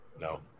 No